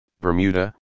Bermuda